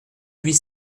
huit